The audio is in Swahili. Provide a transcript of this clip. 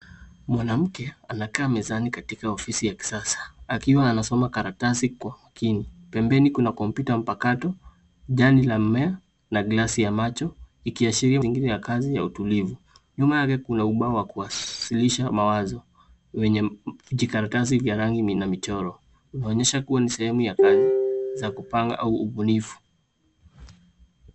Mwanamke, anakaa mezani katika ofisi ya kisasa, akiwa anasoma karatasi kwa makini. Pembeni kuna kompyuta mpakato, jani la mmea na glasi ya macho, ikiashiria mazingira ya kazi ya utulivu. Nyuma yake kuna ubao kuwasilisha mawazo wenye jikaratasi vya rangi na michoro. Inaonyesha kuwa ni sehemu ya kazi za kupanga au ubunifu.